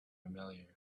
familiar